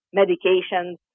medications